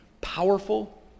powerful